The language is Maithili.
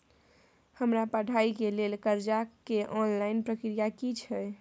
हमरा पढ़ाई के लेल कर्जा के ऑनलाइन प्रक्रिया की छै?